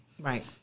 Right